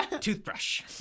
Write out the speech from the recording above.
toothbrush